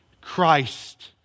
Christ